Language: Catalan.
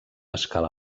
escala